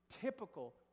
Typical